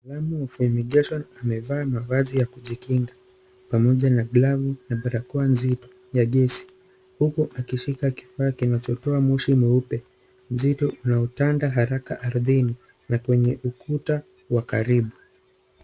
Mwanaume wa fumigation amevaa mavazi ya kujikinga pamoja na glavu na barakoa nzito ya gesi huku akishika kifaa kinachotoa moshi mweupe uzito na hutanda haraka ardhini na kwenye ukuta wa karibu.